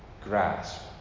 grasp